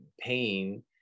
pain